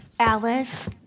Alice